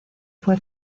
fue